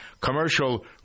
Commercial